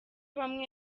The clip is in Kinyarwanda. bamwe